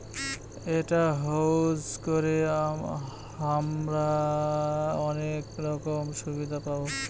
এটা ইউজ করে হামরা অনেক রকম সুবিধা পাবো